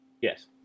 Yes